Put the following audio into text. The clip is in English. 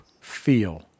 feel